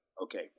Okay